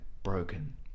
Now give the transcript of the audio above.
broken